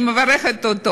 אני מברכת אותו,